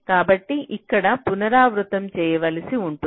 కాబట్టి ఇక్కడ పునరావృతం చేయవలసి ఉంటుంది